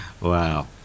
Wow